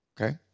okay